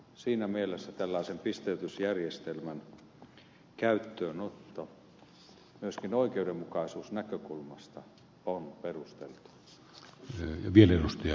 siinä mielessä tällaisen pisteytysjärjestelmän käyttöönotto myöskin oikeudenmukaisuusnäkökulmasta on perusteltua